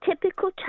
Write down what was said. typical